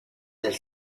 del